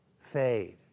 fade